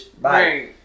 Bye